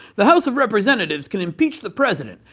the house of representatives can impeach the president,